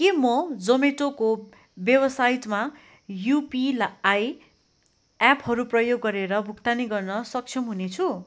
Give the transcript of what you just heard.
के म जोम्याटोको वेबसाइटमा युपिआई एपहरू प्रयोग गरेर भुक्तानी गर्न सक्षम हुनेछु